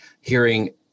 hearing